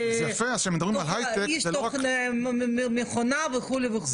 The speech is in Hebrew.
איש מכונה וכו' וכו'.